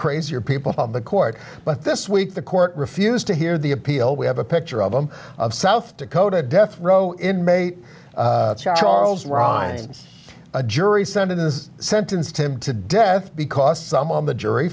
crazier people on the court but this week the court refused to hear the appeal we have a picture of them of south dakota a death row inmate charles rhymes a jury sentence sentenced him to death because some on the jury